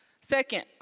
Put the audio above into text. Second